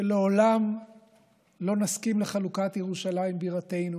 שלעולם לא נסכים לחלוקת ירושלים בירתנו